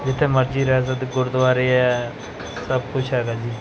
ਜਿੱਥੇ ਮਰਜ਼ੀ ਰਹਿ ਸਕਦੇ ਗੁਰਦੁਆਰੇ ਹੈ ਸਭ ਕੁਛ ਹੈਗਾ ਜੀ